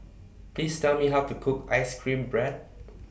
Please Tell Me How to Cook Ice Cream Bread